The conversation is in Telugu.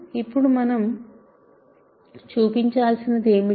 ఇప్పుడు మనం చూపించాల్సినది ఏమిటి